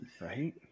Right